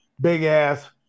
big-ass